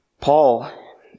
Paul